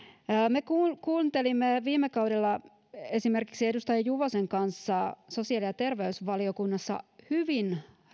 iloita me kuuntelimme viime kaudella esimerkiksi edustaja juvosen kanssa sosiaali ja terveysvaliokunnassa hyvin